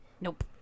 Nope